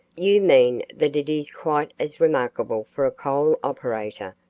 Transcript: you mean that it is quite as remarkable for a coal operator,